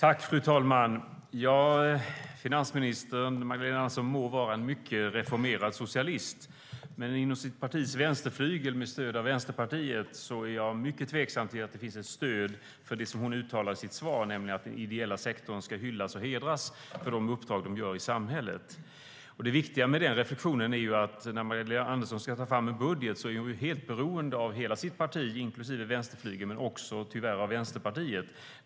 Fru talman! Finansminister Magdalena Andersson må vara en mycket reformerad socialist. Jag är dock tveksam till att det finns ett stöd inom partiets vänsterflygel och inom Vänsterpartiet för det hon uttalar i sitt svar om att den ideella sektorn ska hyllas och hedras för de uppdrag den gör i samhället. Det viktiga med denna reflexion är att när Magdalena Andersson ska ta fram en budget är hon beroende av sitt parti inklusive vänsterflygeln och tyvärr även av Vänsterpartiet.